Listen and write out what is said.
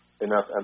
enough